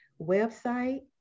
website